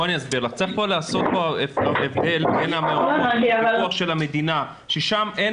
יש לעשות הבחנה בין מעונות בפיקוח המדינה, ששם אין